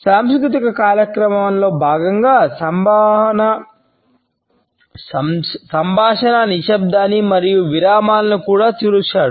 సాంస్కృతిక కాలక్రమంలో భాగంగా సంభాషణ నిశ్శబ్దాన్ని మరియు విరామాలను కూడా చూశాడు